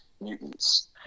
mutants